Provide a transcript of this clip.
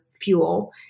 fuel